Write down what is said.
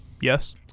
Yes